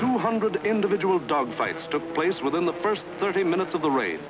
two hundred individual dogfights took place within the first thirty minutes